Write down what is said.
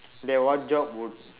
then what job would